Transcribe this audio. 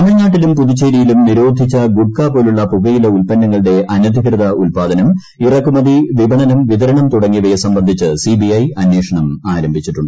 തമിഴ്നാട്ടിലും പുതുച്ചേരിയിലും നിരോധിച്ച ഗുഡ്ക പോലുള്ള പൂക്ലയില ഉല്പന്നങ്ങളുടെ അനധികൃത ഉല്പാദനം ജറ്റിക്കൂമതി വിപണനം വിതരണം തുടങ്ങിയവയെ സംബ്ലസ്ഡിച്ച് സിബിഐ അന്വേഷണം ആരംഭിച്ചിട്ടുണ്ട്